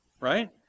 right